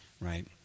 Right